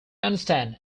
understand